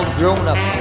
grown-up